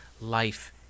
life